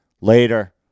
later